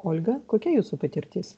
olga kokia jūsų patirtis